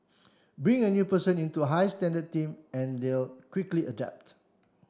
bring a new person into high standard team and they'll quickly adapt